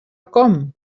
com